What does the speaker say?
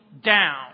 down